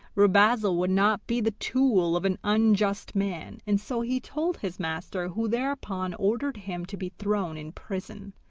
rubezahl would not be the tool of an unjust man, and so he told his master, who thereupon ordered him to be thrown in prison.